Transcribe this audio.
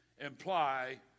imply